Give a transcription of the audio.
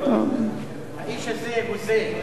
האיש הזה הוזה.